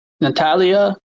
Natalia